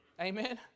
Amen